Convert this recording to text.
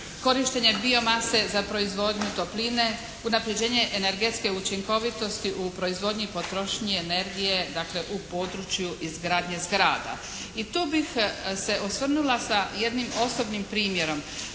Korištenje bio mase za proizvodnju topline, unapređenje energetske učinkovitosti u proizvodnji i potrošnji energije, dakle u području izgradnje zgrada i tu bih se osvrnula sa jednim osobnim primjerom.